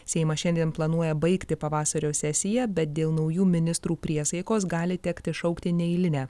seimas šiandien planuoja baigti pavasario sesiją bet dėl naujų ministrų priesaikos gali tekti šaukti neeilinę